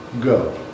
go